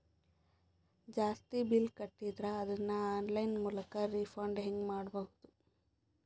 ಜಾಸ್ತಿ ಬಿಲ್ ಕಟ್ಟಿದರ ಅದನ್ನ ಆನ್ಲೈನ್ ಮೂಲಕ ರಿಫಂಡ ಹೆಂಗ್ ಪಡಿಬಹುದು?